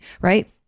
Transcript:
Right